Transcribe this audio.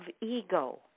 ego